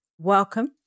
Welcome